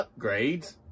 upgrades